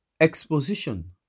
Exposition